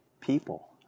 people